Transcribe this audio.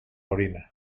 orina